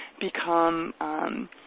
become